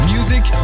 Music